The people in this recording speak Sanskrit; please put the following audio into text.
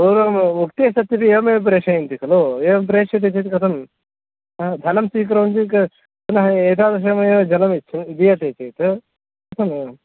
पूर्वम् उक्ते सत्यपि एवमेव प्रेषयन्ति खलु एवं प्रेष्यते चेत् कथं धनं स्वीकुर्वन्ति चेत् पुनः एतादृशमेव जलम् यच्छति दीयते चेत् कथमेवम्